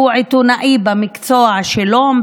שהוא עיתונאי במקצוע שלו,